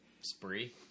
Spree